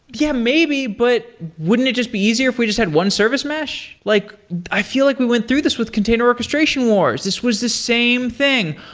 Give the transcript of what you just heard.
yeah, maybe, but wouldn't it just be easier if we just had one service mesh? like i feel like we went through this with container orchestration wars. this was the same thing.